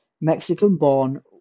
Mexican-born